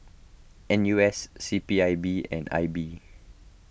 N U S C P I B and I B